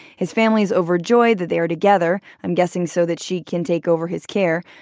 his family's overjoyed that they're together. i'm guessing so that she can take over his care.